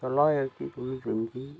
தொள்ளாயிரத்து தொண்ணுாற்றி அஞ்சு